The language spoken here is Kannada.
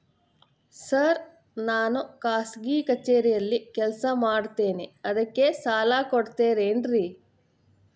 ಸರ್ ನಾನು ಖಾಸಗಿ ಕಚೇರಿಯಲ್ಲಿ ಕೆಲಸ ಮಾಡುತ್ತೇನೆ ಅದಕ್ಕೆ ಸಾಲ ಕೊಡ್ತೇರೇನ್ರಿ?